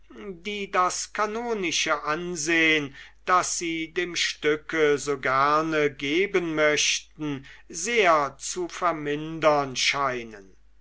die das kanonische ansehen das sie dem stücke so gerne geben möchten sehr zu vermindern scheinen